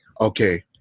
okay